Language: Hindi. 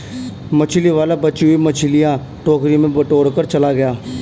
मछली वाला बची हुई मछलियां टोकरी में बटोरकर चला गया